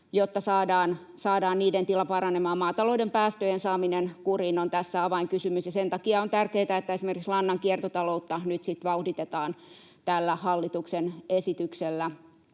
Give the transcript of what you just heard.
jotta saadaan niiden tila paranemaan. Maatalouden päästöjen saaminen kuriin on tässä avainkysymys, ja sen takia on tärkeätä, että esimerkiksi lannan kiertotaloutta nyt sitten vauhditetaan tällä hallituksen esityksellä.